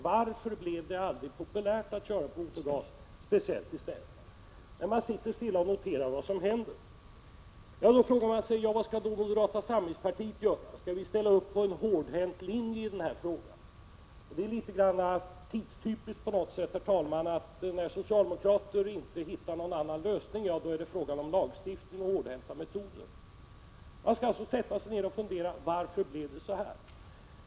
Varför blev det aldrig populärt att köra på motorgas, speciellt i städerna? Nej, man sitter stilla och noterar vad som händer. Då frågar man sig: Vad skall då moderata samlingspartiet göra? Skall vi följa en hårdhänt linje i den här frågan? Det är litet tidstypiskt att när socialdemokrater inte hittar någon annan lösning blir det fråga om lagstiftning och hårdhänta metoder. Man skall alltså sätta sig ned och fundera över varför det blev så här.